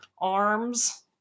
arms